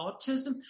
autism